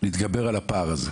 ולהתגבר על הפער הזה.